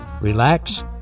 relax